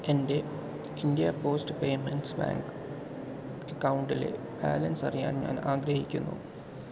എൻ്റെ India post payments bank അക്കൗണ്ടിലെ balance അറിയാൻ ഞാൻ ആഗ്രഹിക്കുന്നു